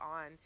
on